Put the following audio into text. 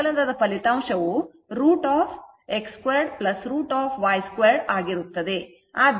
ಈಗ ಸಂಕಲನದ ಫಲಿತಾಂಶವು √σx 2 √ y2 ಆಗಿರುತ್ತದೆ